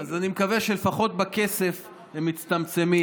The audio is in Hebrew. אז אני מקווה שלפחות בכסף הם מצטמצמים.